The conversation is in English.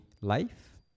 life